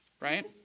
right